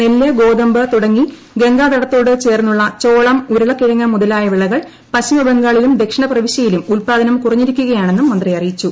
നെല്ല് ഗോതമ്പ് തുടങ്ങി ഗംഗാതടത്തോട് ചേർന്നുള്ള ചോളം ഉരുളക്കിഴങ്ങ് മുതലായ വിളകൾ പശ്ചിമബംഗാളിലും ദക്ഷിണ പ്രവിശ്യയിലും ഉൽപാദനം കുറഞ്ഞിരിക്കുകയാണെന്നും മന്ത്രി അറിയിച്ചു